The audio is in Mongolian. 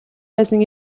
байсан